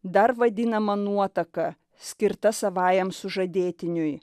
dar vadinama nuotaka skirta savajam sužadėtiniui